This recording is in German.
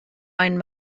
einen